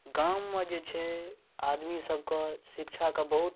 गाममे जे छै आदमी सबके शिक्षाके बहुत